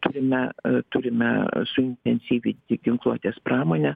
turime turime suintensyvinti ginkluotės pramonę